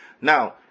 Now